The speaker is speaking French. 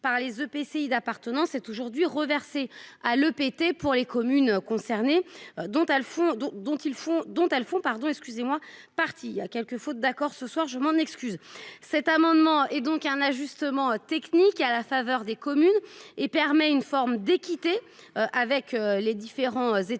par les EPCI d'appartenance est aujourd'hui reversé à l'EPT pour les communes concernées dont Alfons dont dont ils font dont elles font pardon excusez-moi, parti à quelques faute d'accord ce soir je m'en excuse. Cet amendement est donc un ajustement technique à la faveur des communes et permet une forme d'équité avec les différents établissements